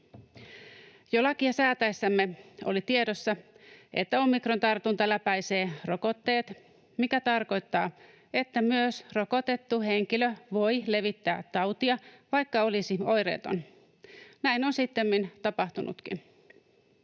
Jo lakia säätäessämme oli tiedossa, että omikrontartunta läpäisee rokotteet, mikä tarkoittaa, että myös rokotettu henkilö voi levittää tautia, vaikka olisi oireeton. Näin on sittemmin tapahtunutkin.